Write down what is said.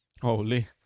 Holy